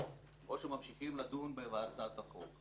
או שיהיה דיון בקבינט מיד או שממשיכים לדון בהצעת החוק.